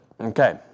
Okay